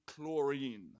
chlorine